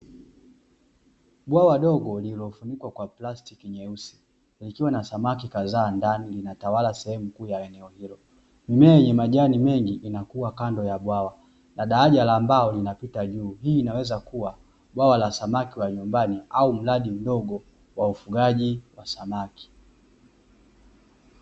Bwawa dogo lililofunikwa kwa plastiki nyeusi likiwa na samaki kadhaa ndani linatawala sehemu kuu ya eneo hilo, mimea yenye Majani mengi inakuwa kando ya bwawa na daraja la mbao linapita juu, hii inaweza kuwa bwawa la samaki wa nyumbani au mradi mdogo wa ufugaji wa samaki.